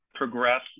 progress